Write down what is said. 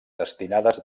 destinades